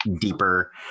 deeper